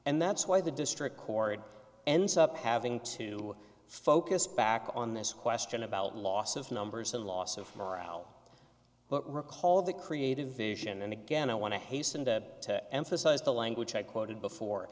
and that's why the district court ends up having to focus back on this question about loss of numbers and loss of morale but recall the creative vision and again i want to hasten to emphasize the language i quoted before